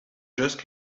just